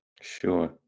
sure